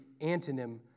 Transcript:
antonym